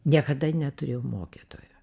niekada neturėjau mokytojo